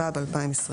בבקשה.